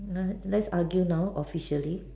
no let's argue now officially